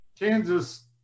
Kansas